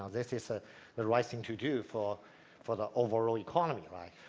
ah this is ah the right thing to do for for the overall economy.